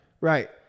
right